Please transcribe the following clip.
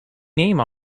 name